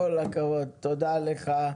קודם כל, תודה לך.